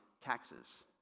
taxes